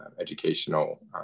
educational